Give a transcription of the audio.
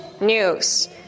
news